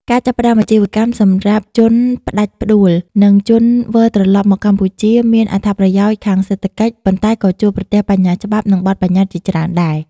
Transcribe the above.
ការចាប់ផ្តើមអាជីវកម្មសម្រាប់ជនផ្ដាច់ផ្ដួល និងជនវិលត្រឡប់មកកម្ពុជាមានអត្ថប្រយោជន៍ខាងសេដ្ឋកិច្ច ប៉ុន្តែក៏ជួបប្រទះបញ្ហាច្បាប់ និងបទប្បញ្ញត្តិជាច្រើនដែរ។